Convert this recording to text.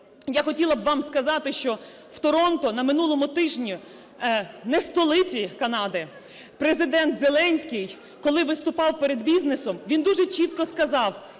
я хотіла б вам сказати, що в Торонто на минулому тижні (не столиці Канади) Президент Зеленський, коли виступав перед бізнесом, він дуже чітко сказав: